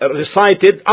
recited